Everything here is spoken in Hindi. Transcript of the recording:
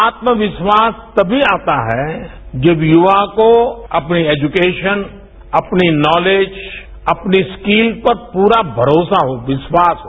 आत्मविश्वास तभी आता है जब युवा को अपनी एजुकेशन अपनी नॉलेज अपनी स्किल पर पूरा भरोसा हो विश्वास हो